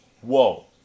whoa